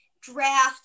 draft